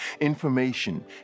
information